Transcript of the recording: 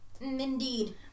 Indeed